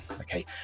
okay